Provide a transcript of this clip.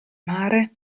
mare